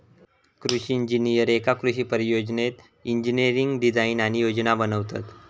कृषि इंजिनीयर एका कृषि परियोजनेत इंजिनियरिंग डिझाईन आणि योजना बनवतत